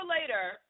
later